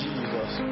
Jesus